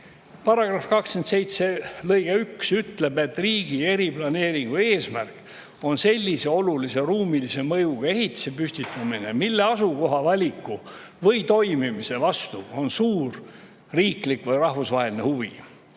Paragrahv 27 lõige 1 ütleb, et riigi eriplaneeringu eesmärk on sellise olulise ruumilise mõjuga ehitise püstitamine, mille asukoha valiku või toimimise vastu on suur riiklik või rahvusvaheline huvi.